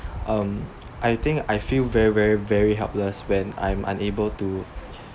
um I think I feel very very very helpless when I'm unable to